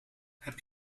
heb